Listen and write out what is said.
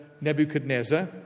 Nebuchadnezzar